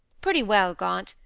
pretty well, gaunt.